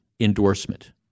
Endorsement